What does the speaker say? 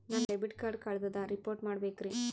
ನನ್ನ debit card ಕಳ್ದದ report ಮಾಡಬೇಕ್ರಿ